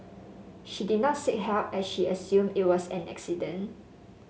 she did not seek help as she assumed it was an accident